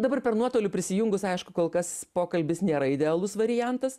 dabar per nuotolį prisijungus aišku kol kas pokalbis nėra idealus variantas